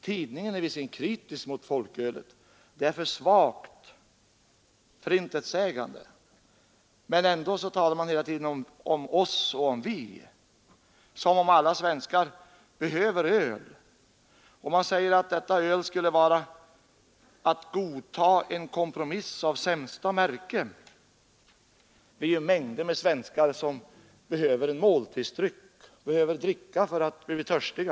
Tidningen är visserligen kritisk mot folkölet — det kallas alltför svagt och intetsägande. Men ändå talar man hela tiden oss” och om ”vi”, som om alla svenskar behöver öl. Man säger vidare att ett accepterande av ett sådant öl skulle vara att godta en kompromiss av sämsta märke. Alla svenskar behöver en måltidsdryck och behöver dricka när de är törstiga.